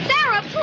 Sarah